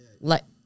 let